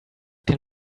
can